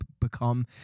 become